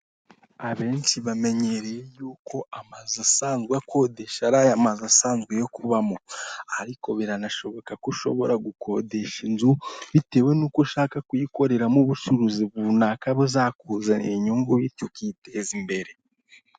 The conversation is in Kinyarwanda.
Abenshi bamenyereye yuko amazu asanzwe akodesha ari aya mazu asanzwe yo kubamo ariko biranashoboka ko ushobora gukodesha inzu bitewe n'uko ushaka kuyikoreramo ubucuruzi runaka buzakuzanira inyungu bityo ukiteza imbere.